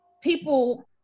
people